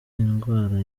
indwara